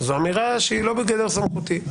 אמירה שהיא לא בגדר סמכותי.